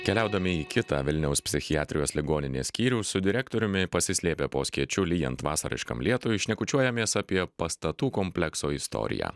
keliaudami į kitą vilniaus psichiatrijos ligoninės skyrių su direktoriumi pasislėpę po skėčiu lyjant vasariškam lietui šnekučiuojamės apie pastatų komplekso istoriją